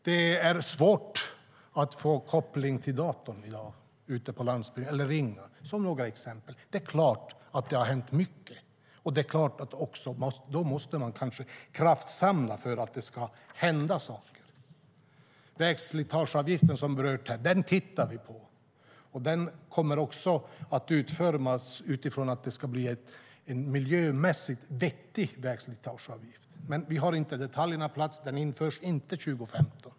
Det är i dag svårt att få koppling till dator ute på landsbygden eller att ringa. Det är ett par exempel. Det är klart att det har hänt mycket, och då måste man kraftsamla för att det ska hända saker. Vägslitageavgift berördes här. Det tittar vi på. Den kommer att utformas utifrån att det ska bli en miljömässigt vettig vägslitageavgift. Vi har inte detaljerna på plats, men den införs inte 2015.